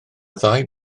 ddau